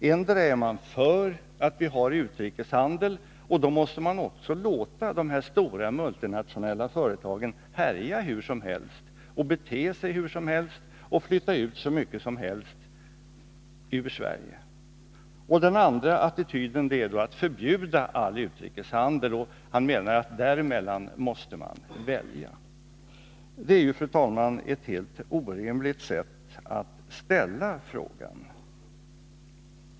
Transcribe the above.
Den ena attityden är att vara för att vi har utrikeshandel, och då måste man också låta dessa stora multinationella företag bete sig hur som helst, härja hur som helst och flytta ut så mycket som helst ur Sverige. Den andra attityden är att förbjuda all utrikeshandel. Han menar att däremellan måste man välja. Det är ju, fru talman, ett helt orimligt sätt att ställa frågan.